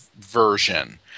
version